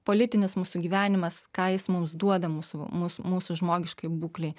politinis mūsų gyvenimas ką jis mums duoda mūsų mus mūsų žmogiškai būklei